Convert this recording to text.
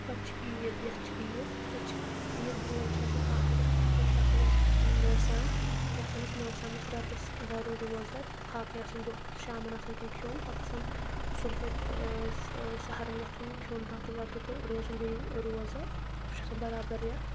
پَتہٕ چھِ عیٖد یَتھ چھِ عیٖد أسۍ چھِ عیٖد برونٛٹھ چھُ آسان اَکھ رٮ۪تھ تَتھ منٛز چھُ آسان اَسہِ مٲسیام سُہ چھُ آسان اَسہِ مٲسیامَس رٮ۪تَس دَرُن روزدَر پھاکَے آسان دوٚہَس شامَن آسان کینٛہہ کھیٚون پَتہٕ آسان صُبحٲے سہرَن ووٚتھُن کھیٚون بَتہٕ وَتہٕ تہٕ روزُن بیٚیہِ روزدَر سُہ چھُ آسان بَرابَر رٮ۪تھ